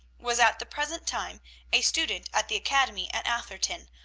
was at the present time a student at the academy at atherton,